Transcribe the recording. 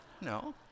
No